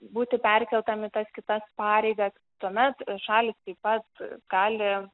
būti perkeltam į tas kitas pareigas tuomet šalys taip pat gali